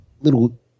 little